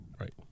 Right